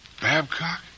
Babcock